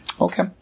Okay